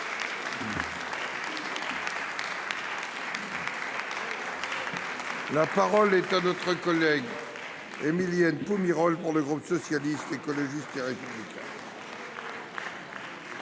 La parole est à Mme Émilienne Poumirol, pour le groupe Socialiste, Écologiste et Républicain.